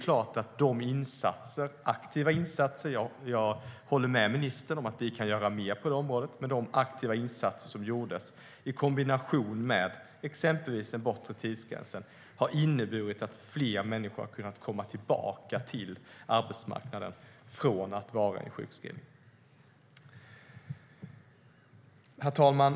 Jag håller med ministern om att vi kan göra mer på området med de aktiva insatser som gjordes. Men det är klart att de i kombination med exempelvis den bortre tidsgränsen har inneburit att fler människor har kunnat komma tillbaka till arbetsmarknaden från en sjukskrivning. Herr talman!